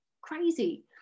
crazy